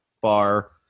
bar